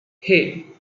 hey